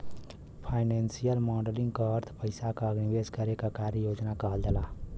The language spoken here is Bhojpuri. फाइनेंसियल मॉडलिंग क अर्थ पइसा क निवेश करे क कार्य योजना कहल जाला